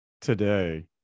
today